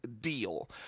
deal